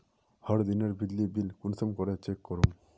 हर दिनेर बिजली बिल कुंसम करे चेक करूम?